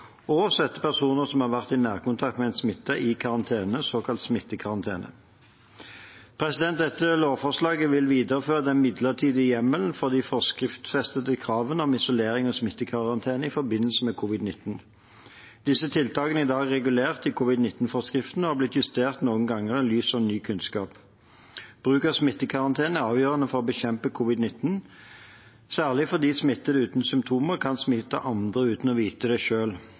og sette personer som har vært i nærkontakt med en smittet, i karantene, såkalt smittekarantene. Dette lovforslaget vil videreføre den midlertidige hjemmelen for de forskriftsfestede kravene om isolering og smittekarantene i forbindelse med covid-19. Disse tiltakene er i dag regulert i covid-19-forskriften og har blitt justert noen ganger i lys av ny kunnskap. Bruk av smittekarantene er avgjørende for å bekjempe covid-19, særlig fordi smittede uten symptomer kan smitte andre uten å vite det